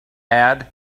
add